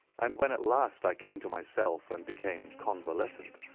and when at last i came to myself and became convalescent,